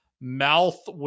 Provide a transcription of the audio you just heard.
mouth